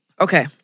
Okay